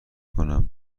کنم